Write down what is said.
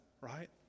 right